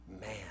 man